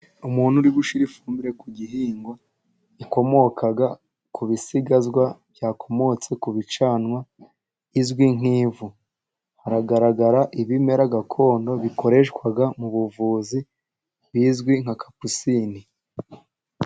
Umuntu uri gushyira ifumbire ku gihingwa, ikomoka ku bisigazwa byakomotse ku bicanwa izwi nk'ivu, haragaragara ibimera gakondo bikoreshwa mu buvuzi bizwi nka kapusine.